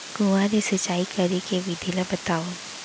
कुआं ले सिंचाई करे के विधि ला बतावव?